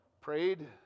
prayed